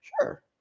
Sure